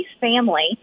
family